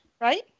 Right